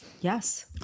Yes